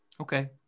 Okay